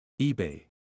eBay